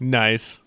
nice